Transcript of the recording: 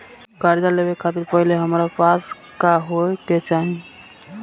कर्जा लेवे खातिर पहिले से हमरा पास का होए के चाही?